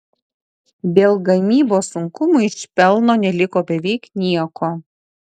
dėl gamybos sunkumų iš pelno neliko beveik nieko